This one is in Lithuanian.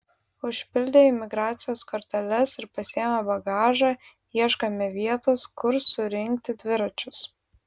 užpildę imigracijos korteles ir pasiėmę bagažą ieškome vietos kur surinkti dviračius